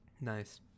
Nice